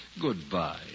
Goodbye